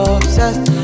obsessed